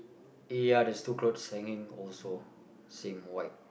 ya there's two clothes hanging also same white